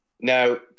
Now